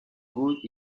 good